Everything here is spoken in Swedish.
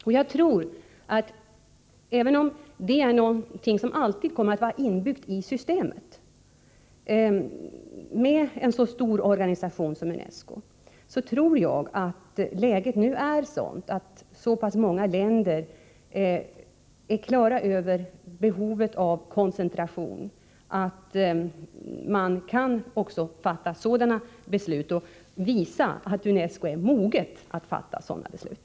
Även om risk för splittring är någonting som alltid kommer att vara inbyggt i systemet när det är fråga om en så stor organisation som UNESCO, tror jag att man i så pass många länder har fått klart för sig att det behövs en koncentration, att man nu också kan fatta sådana beslut och visa att tiden nu är mogen för UNESCO att fatta sådana beslut.